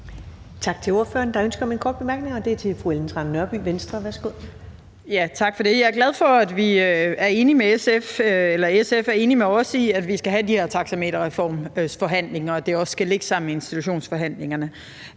Tak til ordføreren. Der er ønske om en kort bemærkning, og det er fra fru Ellen Trane Nørby, Venstre. Værsgo. Kl. 15:08 Ellen Trane Nørby (V): Tak for det. Jeg er glad for, at SF er enige med os i, at vi skal have de her taxameterreformsforhandlinger, og at det også skal lægges sammen med institutionsforhandlingerne.